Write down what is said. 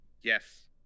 yes